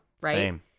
right